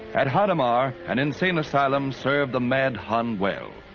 at hadamar an insane asylum served the mad hun well.